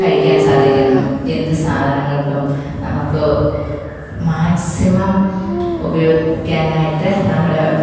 കഴിക്കാൻ സാധിക്കുന്നു എന്തു സാധനങ്ങൾക്കും നമുക്ക് മാക്സിമം ഉപയോഗിക്കാനായിട്ട് നമ്മുടെ